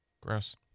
Gross